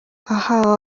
aha